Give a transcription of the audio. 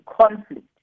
conflict